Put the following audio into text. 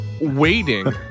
waiting